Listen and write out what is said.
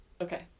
Okay